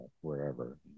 wherever